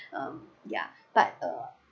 um yeah but uh